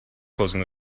closing